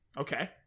Okay